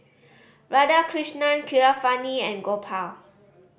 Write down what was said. Radhakrishnan Keeravani and Gopal